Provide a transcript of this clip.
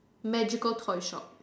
magical toy shop